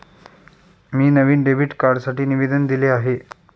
मी नवीन डेबिट कार्डसाठी निवेदन दिले आहे